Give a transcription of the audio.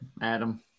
Adam